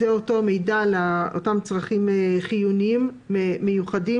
זה המידע על הצרכים החיוניים המיוחדים